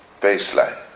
baseline